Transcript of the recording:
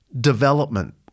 development